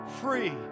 free